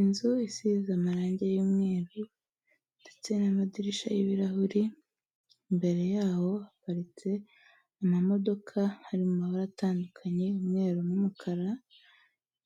Inzu isize amarange y'umweru ndetse n'amadirishya y'ibirahuri, imbere yaho haparitse amamodoka ari mu mabara atandukanye umweru n'umukara